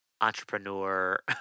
entrepreneur